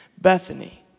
Bethany